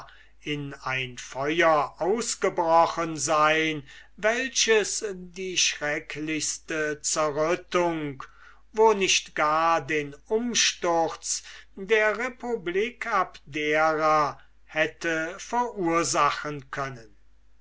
in ein feuer ausgebrochen sein welches die schrecklichste zerrüttung wo nicht gar den umsturz der republik abdera hätte verursachen können